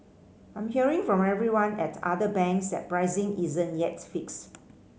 I'm hearing from everyone at other banks that pricing isn't yet fixed